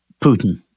Putin